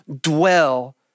dwell